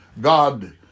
God